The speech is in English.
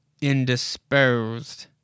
Indisposed